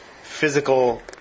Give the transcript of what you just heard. physical